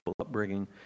upbringing